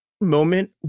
moment